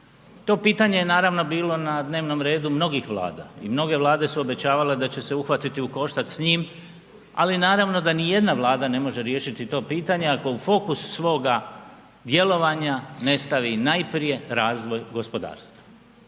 To pitanje je naravno bilo na dnevnom redu mnogih Vlada i mnoge Vlade su obećavale da će se uhvatiti u koštac s njim ali naravno da nijedna Vlada ne može riješiti to pitanje ako u fokus svoga djelovanja ne stavi najprije razvoj gospodarstva